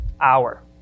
hour